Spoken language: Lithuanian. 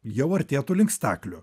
jau artėtų link staklių